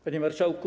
Panie Marszałku!